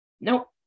nope